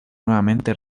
nuevamente